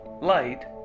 light